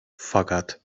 fakat